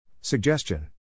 Suggestion